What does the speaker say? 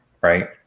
right